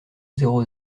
zéro